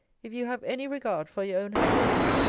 if you have any regard for your own happiness,